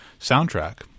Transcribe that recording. soundtrack